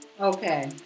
Okay